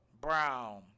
Brown